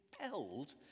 compelled